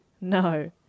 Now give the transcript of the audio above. No